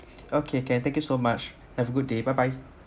okay can thank you so much have a good day bye bye